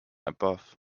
above